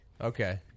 Okay